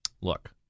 Look